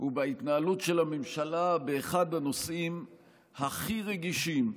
הוא בהתנהלות של הממשלה באחד הנושאים הכי רגישים,